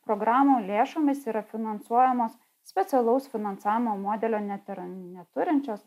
programų lėšomis yra finansuojamos specialaus finansavimo modelio net ir neturinčios